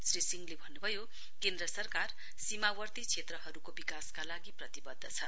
श्री सिंहले भन्नुभयो केन्द्र सरकार सीमावर्ती क्षेत्रहरुको विकासका लागि प्रतिवध्द छ